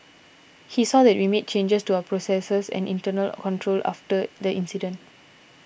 he saw that we made changes to our processes and internal controls after the incident